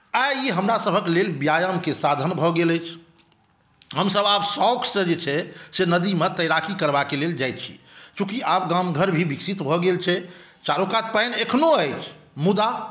आइ ई हमरा सभक लेल व्यायामके साधन भऽ गेल अछि हमसभ आब शौकसँ जे छै से नदीमे तैराकी करबाकेँ लेल जाइ छी चुँकि आब गाम घर भी विकसित भऽ गेल छै चारु कात पानि एखनो अछि मुदा